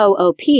OOP